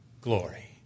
glory